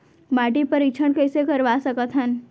माटी परीक्षण कइसे करवा सकत हन?